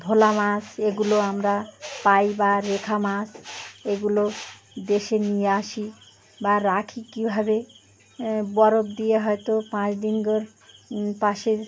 ভোলা মাছ এগুলো আমরা পাই বা রেখা মাছ এগুলো দেশে নিয়ে আসি বা রাখি কীভাবে বরফ দিয়ে হয়তো পাঁচ ডিনঙ্গর পাশে